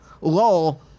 Lol